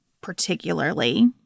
particularly